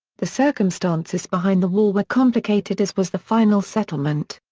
the circumstances behind the war were complicated as was the final settlement.